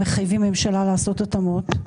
מחייבים ממשלה לעשות התאמות.